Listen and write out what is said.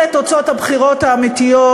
אלה תוצאות הבחירות האמיתיות,